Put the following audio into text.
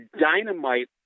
dynamite